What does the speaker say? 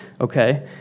okay